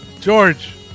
George